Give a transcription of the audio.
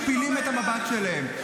-- הם משפילים את המבט שלהם.